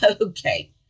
Okay